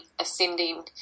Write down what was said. ascending